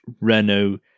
Renault